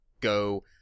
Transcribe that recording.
go